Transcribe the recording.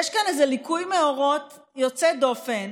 יש כאן איזה ליקוי מאורות יוצא דופן.